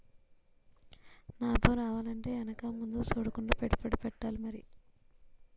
నాబం రావాలంటే ఎనక ముందు సూడకుండా పెట్టుబడెట్టాలి మరి